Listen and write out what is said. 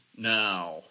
Now